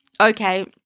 okay